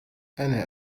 أنا